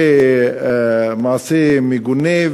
זה מעשה מגונה,